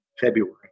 February